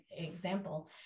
example